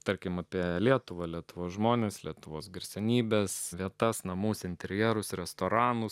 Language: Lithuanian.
tarkim apie lietuvą lietuvos žmones lietuvos garsenybes vietas namus interjerus restoranus